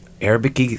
arabic